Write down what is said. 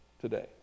today